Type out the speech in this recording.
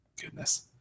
goodness